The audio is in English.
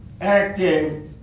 acting